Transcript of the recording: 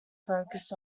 focus